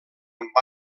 amb